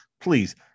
Please